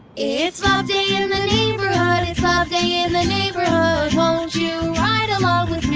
it's love day in the neighborhood it's love day in the neighborhood won't you ride along